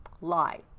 Lie